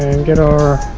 get our